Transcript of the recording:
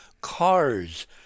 cars